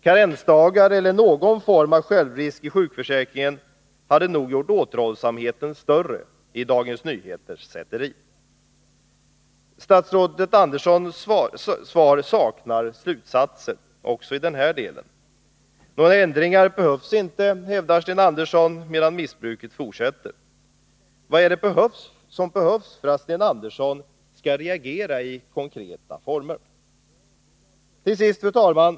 Karensdagar eller någon form av självrisk vid sjukförsäkringen hade nog gjort återhållsamheten större i Dagens Nyheters sätteri. Statsrådet Anderssons svar saknar slutsatser också i den här delen. Några ändringar behövs inte, hävdar Sten Andersson, medan missbruket fortsätter. Vad är det som behövs för att Sten Andersson skall reagera i konkreta former? Tillsist, fru talman!